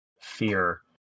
fear